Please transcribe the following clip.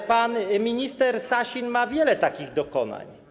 Ale pan minister Sasin ma wiele takich dokonań.